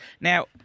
now